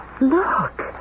Look